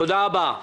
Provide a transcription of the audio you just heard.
תודה רבה.